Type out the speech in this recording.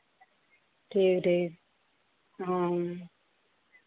ठीक ठीक हाँ